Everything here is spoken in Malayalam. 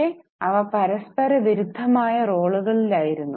പക്ഷേ അവ പരസ്പരവിരുദ്ധമായ റോളുകളിലായിരുന്നു